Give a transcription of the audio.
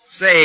Say